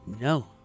No